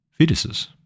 fetuses